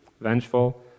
vengeful